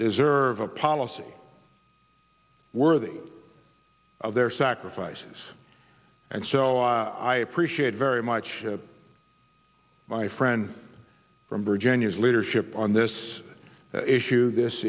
deserve a policy worthy of their sacrifices and so i appreciate very much my friend from virginia's leadership on this issue this